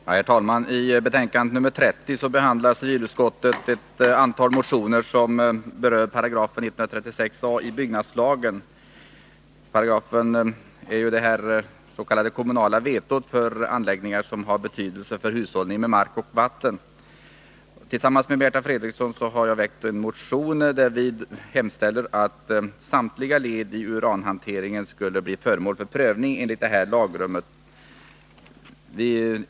Herr talman! I betänkande nr 30 behandlar civilutskottet ett antal motioner som berör 136 a § byggnadslagen. Paragrafen gäller det s.k. kommunala vetot vid lokalisering av anläggningar som har betydelse för hushållningen med mark och vatten. Märta Fredrikson och jag har väckt en motion, där vi hemställer att samtliga led i uranhanteringen skall bli föremål för prövning enligt detta lagrum.